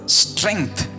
strength